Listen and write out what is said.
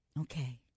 Okay